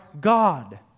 god